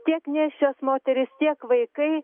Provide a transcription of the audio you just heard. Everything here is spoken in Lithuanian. tiek nėščias moteris tiek vaikai